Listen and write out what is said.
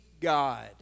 God